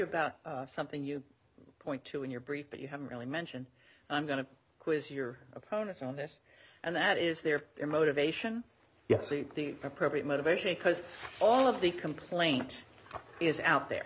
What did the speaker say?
about something you point to in your brief but you haven't really mention i'm going to quiz your opponents on this and that is their their motivation yes the appropriate motivation because all of the complaint is out there